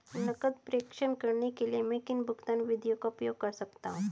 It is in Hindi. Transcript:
नकद प्रेषण करने के लिए मैं किन भुगतान विधियों का उपयोग कर सकता हूँ?